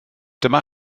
dyma